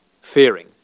fearing